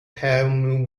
palm